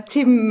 Tim